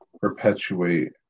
perpetuate